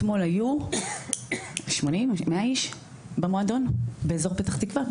אתמול היו 100 איש במועדון בפתח תקווה.